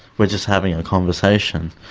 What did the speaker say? we're just having a conversation.